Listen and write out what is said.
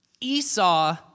Esau